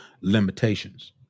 limitations